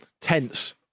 Tense